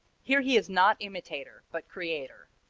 here he is not imitator, but creator.